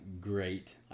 great